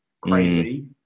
crazy